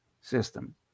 System